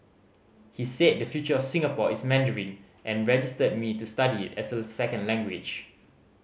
he said the future of Singapore is Mandarin and registered me to study it as a second language